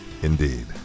Indeed